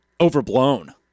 overblown